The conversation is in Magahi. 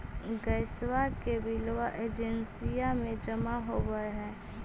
गैसवा के बिलवा एजेंसिया मे जमा होव है?